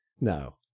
no